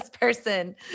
person